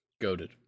goaded